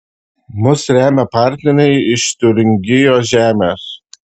mus remia partneriai iš tiuringijos žemės